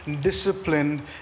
disciplined